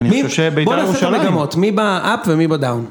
-אני חושב שבית״ר ירושלים -בוא נעשה את המגמות, מי באפ ומי בדאון.